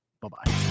Bye-bye